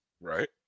Right